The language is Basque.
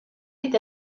dit